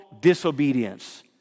disobedience